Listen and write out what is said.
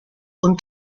und